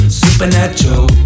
supernatural